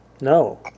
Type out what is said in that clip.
No